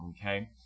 okay